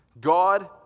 God